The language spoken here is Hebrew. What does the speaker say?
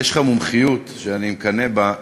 יש לך מומחיות שאני מקנא בה,